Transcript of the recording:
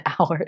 hours